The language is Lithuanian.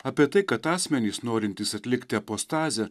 apie tai kad asmenys norintys atlikti apostazę